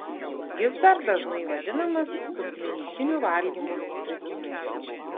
jis dar dažnai vadinamas subklinikiniu valgymo sutrikimu